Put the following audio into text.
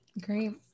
Great